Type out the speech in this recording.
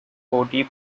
cody